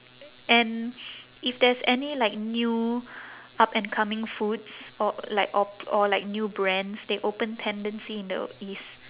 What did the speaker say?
and if there's any like new up and coming foods or like or or like new brands they open tendency in the east